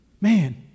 man